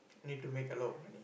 need to make a lot of money